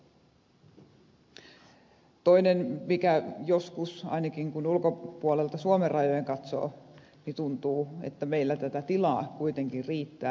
toiseksi ainakin kun joskus ulkopuolelta suomen rajojen katsoo niin tuntuu että meillä tätä tilaa kuitenkin riittää